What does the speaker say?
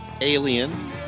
Alien